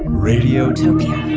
radiotopia